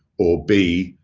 or b,